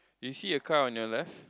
do you see a car on your left